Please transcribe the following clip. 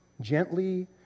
gently